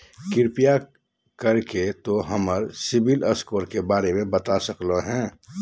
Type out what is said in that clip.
कृपया कर के तों हमर सिबिल स्कोर के बारे में बता सकलो हें?